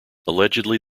allegedly